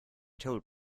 told